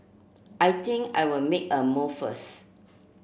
I think I will make a move first